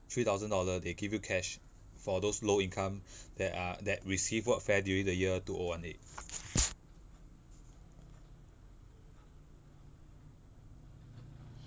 three thousand dollar they give you cash for those low income that are that receive workfare during the year two O one eight